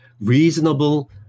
reasonable